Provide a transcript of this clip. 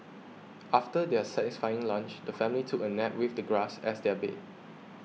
after their satisfying lunch the family took a nap with the grass as their bed